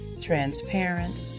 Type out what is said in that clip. transparent